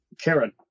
Karen